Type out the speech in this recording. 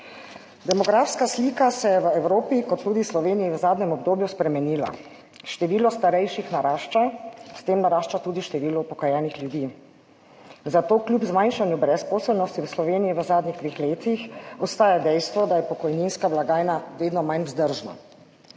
Demografska slika se je v Evropi kot tudi v Sloveniji v zadnjem obdobju spremenila. Število starejših narašča, s tem narašča tudi število upokojenih ljudi, zato kljub zmanjšanju brezposelnosti v Sloveniji v zadnjih dveh letih ostaja dejstvo, da je pokojninska blagajna vedno manj vzdržna.